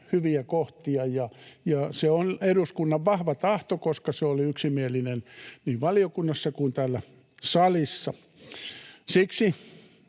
hyviä kohtia, ja se on eduskunnan vahva tahto, koska se oli yksimielinen niin valiokunnassa kuin täällä salissa.